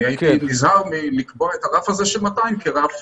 הייתי נזהר מלקבוע את הרף הזה של 200 כרף